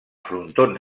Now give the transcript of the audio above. frontons